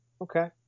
okay